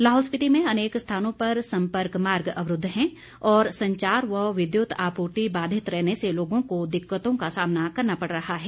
लाहौल स्पीति में अनेक स्थानों पर संपर्क मार्ग अवरूद्व है और संचार व विद्युत आपूर्ति बाधित रहने से लोगों की दिक्कतों का सामना करना पड़ रहा है